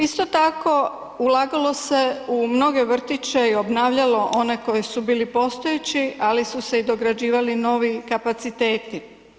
Isto tako, ulagalo se u mnoge vrtiće i obnavljalo one koji su bili postojeći ali su se i dograđivali novi kapaciteti.